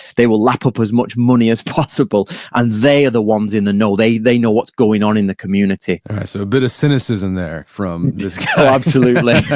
they will lap up as much money as possible and they are the ones in the know. they they know what's going on in the community so a bit of cynicism there from this kind of absolutely.